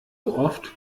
oft